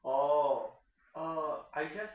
orh uh I just